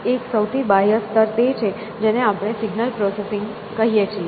એક સૌથી બાહ્ય સ્તર તે છે જેને આપણે સિગ્નલ પ્રોસેસિંગ કહીએ છીએ